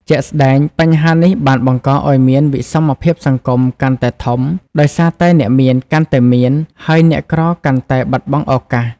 ជាក់ស្ដែង បញ្ហានេះបានបង្កឲ្យមាន វិសមភាពសង្គម កាន់តែធំ ដោយសារតែអ្នកមានកាន់តែមាន ហើយអ្នកក្រកាន់តែបាត់បង់ឱកាស។